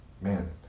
man